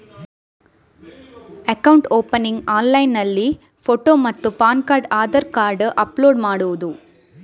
Account opening ಆನ್ಲೈನ್ನಲ್ಲಿ photo ಮತ್ತು PAN card Aadhaar card upload ಮಾಡುವುದು?